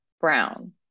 brown